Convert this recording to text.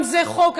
גם זה חוק,